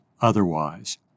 otherwise